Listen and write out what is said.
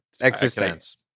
existence